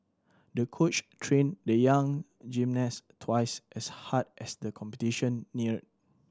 the coach trained the young gymnast twice as hard as the competition neared